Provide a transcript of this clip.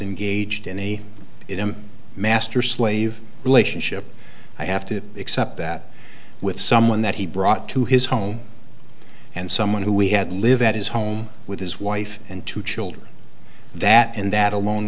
engaged in a master slave relationship i have to accept that with someone that he brought to his home and someone who we had live at his home with his wife and two children that and that alone